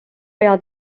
pea